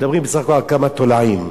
מדברים בסך הכול על כמה תולעים,